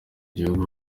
gihugu